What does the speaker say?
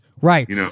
Right